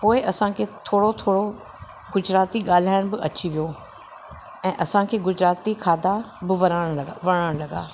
पोइ असांखे थोरो थोरो गुजराती ॻाल्हाइण बि अची वियो ऐं असांखे गुजराती खाधा बि वरण लॻा वणण लॻा